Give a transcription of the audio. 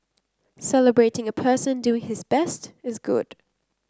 celebrating a person doing his best is good